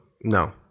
no